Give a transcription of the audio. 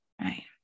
right